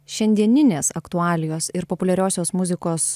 šiandieninės aktualijos ir populiariosios muzikos